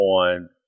on